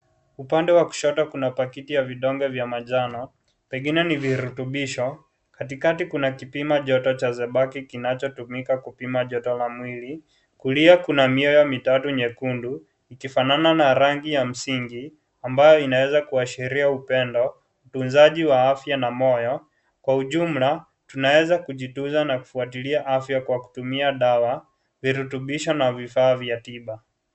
Upande wa kushoto kuna pakiti ya vidonge vya manjano, pengine ni virutubisho. Katikati kuna kipimajoto cha zebaki kinachotumika kupima joto la mwili. Kulia kuna mioyo mitatu nyekundu ikifanana na rangi ya masingi ambayo inaweza kuashira upendo, utunzaji wa afya na moyo. Kwa ujumla, tunaweza kujitunza na kufuatilia afya kwa kutumia dawa, virutubisho na vifaa vya tiba.